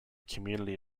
community